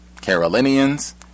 Carolinians